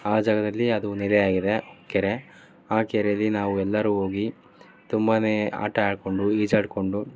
ಆ ಜಾಗದಲ್ಲಿ ಅದು ನೆಲೆಯಾಗಿದೆ ಕೆರೆ ಆ ಕೆರೆಯಲ್ಲಿ ನಾವು ಎಲ್ಲರು ಹೋಗಿ ತುಂಬಾ ಆಟ ಆಡಿಕೊಂಡು ಈಜಾಡಿಕೊಂಡು